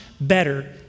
better